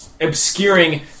obscuring